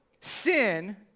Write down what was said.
sin